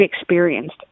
experienced